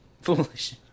Foolish